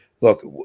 Look